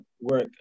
work